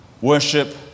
worship